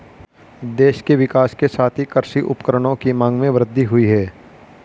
देश के विकास के साथ ही कृषि उपकरणों की मांग में वृद्धि हुयी है